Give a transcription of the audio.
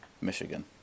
Michigan